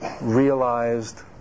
realized